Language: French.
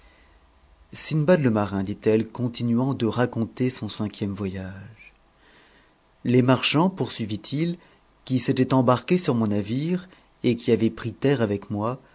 sindbad le marin dit-elle continuant de raconter son cinquiëuif voyage a les marchands poursuivit-il qui s'étaient embarqués sur mon navire et qui avaient pris terre avec moi